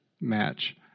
match